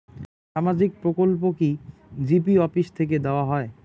সামাজিক প্রকল্প কি জি.পি অফিস থেকে দেওয়া হয়?